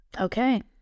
Okay